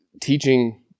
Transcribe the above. teaching